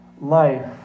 life